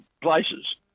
places